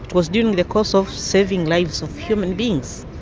was during the course of saving lives of human beings,